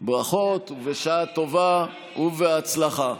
ברכות, בשעה טובה ובהצלחה.